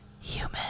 human